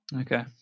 Okay